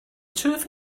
turf